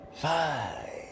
five